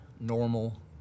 normal